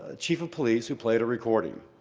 ah chief of police who played a recording.